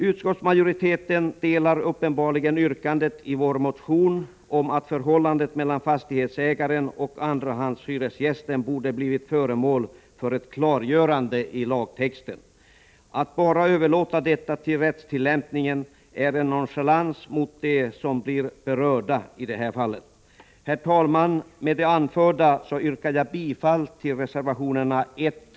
Utskottsmajoriteten delar uppenbarligen den uppfattning som vi framför i vårt motionsyrkande om att förhållandet mellan fastighetsägaren och andrahandshyresgästen borde ha blivit föremål för ett klargörande i lagtexten. Att bara överlåta detta till rättstillämpningen är en nonchalans mot dem som blir berörda i detta fall. Herr talman! Med det anförda yrkar jag bifall till reservationerna 1 och 3.